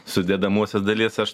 sudedamosios dalies aš